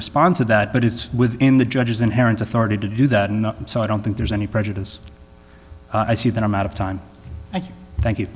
respond to that but it's within the judge's inherent authority to do that and so i don't think there's any prejudice i see that i'm out of time thank you